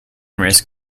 risk